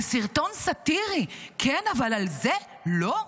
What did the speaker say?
על סרטון סאטירי כן אבל על זה לא?